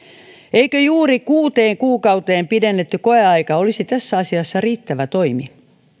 eikö juuri kuuteen kuukauteen pidennetty koeaika olisi tässä asiassa riittävä toimi